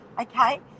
okay